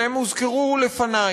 והן הוזכרו לפני.